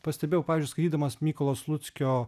pastebėjau pavyzdžiui skaitydamas mykolo sluckio